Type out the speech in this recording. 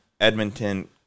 Edmonton